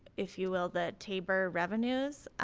if you will the tabor revenues